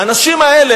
האנשים האלה,